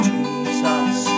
Jesus